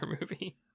movie